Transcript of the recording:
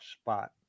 spot